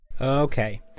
Okay